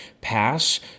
pass